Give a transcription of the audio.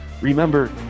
remember